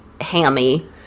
hammy